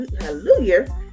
Hallelujah